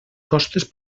costes